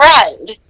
friend